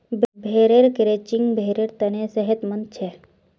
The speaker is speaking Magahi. भेड़ेर क्रचिंग भेड़ेर तने सेहतमंद छे